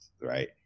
right